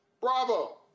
Bravo